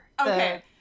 Okay